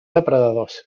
depredadors